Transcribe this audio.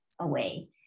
away